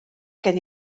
gen